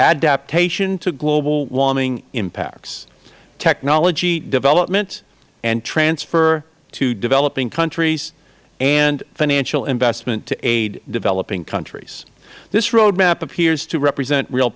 adaptation to global warming impacts technology development and transfer to developing countries and financial investment to aid developing countries this road map appears to represent real